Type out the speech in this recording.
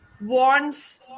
wants